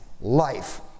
life